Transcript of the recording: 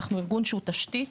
אנחנו ארגון שהוא תשתית